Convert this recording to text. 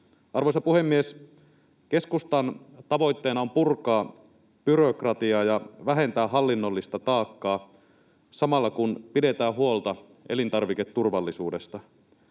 Arvoisa puhemies! Keskustan tavoitteena on purkaa byrokratiaa ja vähentää hallinnollista taakkaa samalla, kun pidetään huolta elintarviketurvallisuudesta.